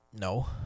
No